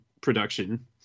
production